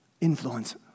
influence